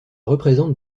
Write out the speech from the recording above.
représentent